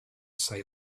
say